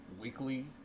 weekly